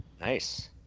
Nice